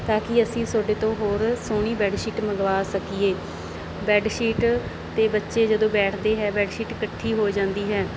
ਤਾ ਕਿ ਅਸੀਂ ਤੁਹਾਡੇ ਤੋਂ ਹੋਰ ਸੋਹਣੀ ਬੈਡ ਸ਼ੀਟ ਮੰਗਵਾ ਸਕੀਏ ਬੈਡ ਸ਼ੀਟ 'ਤੇ ਬੱਚੇ ਜਦੋਂ ਬੈਠਦੇ ਹੈ ਬੈਡ ਸ਼ੀਟ ਇਕੱਠੀ ਹੋ ਜਾਂਦੀ ਹੈ